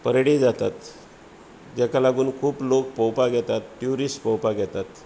परेडूय जातात जाका लागून खूब लोक पळोवपाक येतात टूरीस्ट पळोवपाक येतात